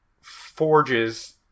forges